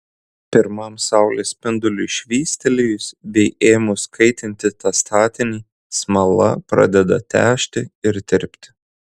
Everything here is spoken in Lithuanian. pirmam saulės spinduliui švystelėjus bei ėmus kaitinti tą statinį smala pradeda težti ir tirpti